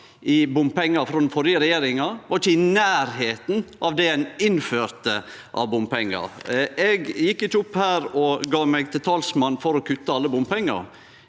i bompengar frå den førre regjeringa, var ikkje i nærleiken av det ein innførte av bompengar. Eg gjekk ikkje opp her og gjorde meg til talsmann for å kutte alle bompengane.